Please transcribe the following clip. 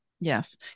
Yes